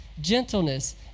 gentleness